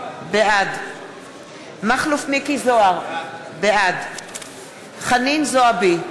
בעד מכלוף מיקי זוהר, בעד חנין זועבי,